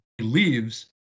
leaves